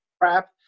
crap